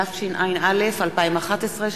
התשע"א 2011,